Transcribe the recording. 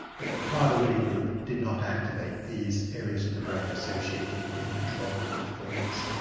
but the prader willi group did not activate these areas of the brain associated in the control group with fullness.